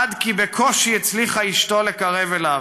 עד כי בקושי הצליחה אשתו לקרב אליו.